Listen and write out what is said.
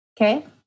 Okay